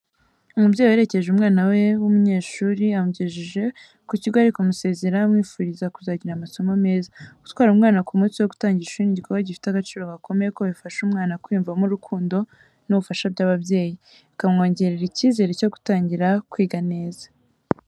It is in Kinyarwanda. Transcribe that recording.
Umubyeyi uherekeje umwana we w'umunyeshuri, amugejeje ku kigo ari kumusezera amwifuriza kuzagira amasomo meza. Gutwara umwana ku munsi wo gutangira ishuri ni igikorwa gifite agaciro gakomeye kuko bifasha umwana kwiyumvamo urukundo n’ubufasha by’ababyeyi, bikamwongerera icyizere cyo gutangira kwiga neza.